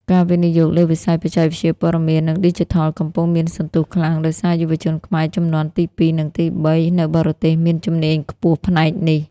ការវិនិយោគលើវិស័យបច្ចេកវិទ្យាព័ត៌មាន និងឌីជីថល កំពុងមានសន្ទុះខ្លាំង ដោយសារយុវជនខ្មែរជំនាន់ទី ២ និងទី ៣ នៅបរទេសមានជំនាញខ្ពស់ផ្នែកនេះ។